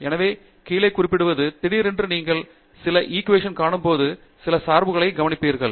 எனவே கீழே குறிப்பிடுவது திடீரென்று நீங்கள் சில இக்குவேஷன் காணும்போது சில சார்புகளைக் கவனிப்பீர்கள்